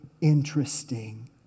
interesting